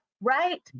right